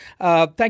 Thank